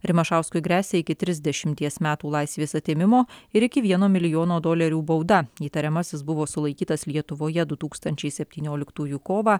rimašauskui gresia iki trisdešimties metų laisvės atėmimo ir iki vieno milijono dolerių bauda įtariamasis buvo sulaikytas lietuvoje du tūkstančiai septynioliktųjų kovą